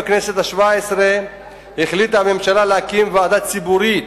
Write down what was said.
בכנסת השבע-עשרה החליטה הממשלה להקים ועדה ציבורית